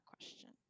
question